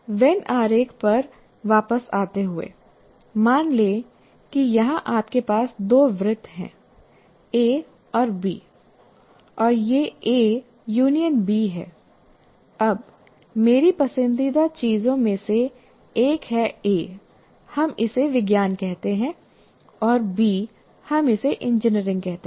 when आरेख पर वापस आते हुए मान लें कि यहां आपके पास दो वृत्त हैं ए और बी और यह ए यूनियन बी है अब मेरी पसंदीदा चीजों में से एक है ए हम इसे विज्ञान कहते हैं और बी हम इसे इंजीनियरिंग कहते हैं